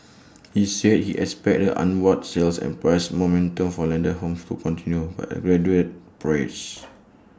he said he expects the upward sales and price momentum for landed homes to continue but at gradual pace